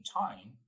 time